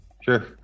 Sure